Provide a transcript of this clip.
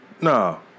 No